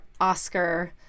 Oscar